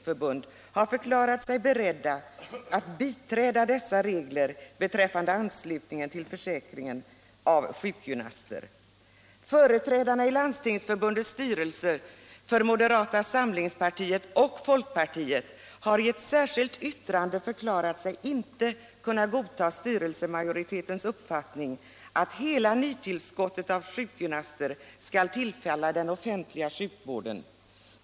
Företrädarna i Landstingsförbundets styrelse för moderata samlingspartiet och folkpartiet har i ett särskilt yttrande förklarat sig inte kunna godta styrelsemajoritetens uppfattning att hela nytillskottet av sjukgymnaster skall tillfalla den offentliga vården.